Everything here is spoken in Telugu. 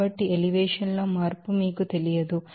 కాబట్టి ఎలివేషన్ లో మార్పు మీకు తెలియదు